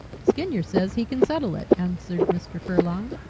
skinyer says he can settle it, answered mr. furlong.